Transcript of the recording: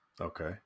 Okay